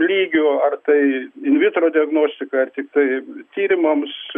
lygių ar tai ln vitro diagnostika ar tiktai tyrimams